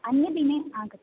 अन्यदिने आगत्य